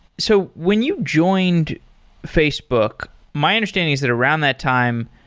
so when you joined facebook, my understanding is that around that time,